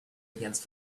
against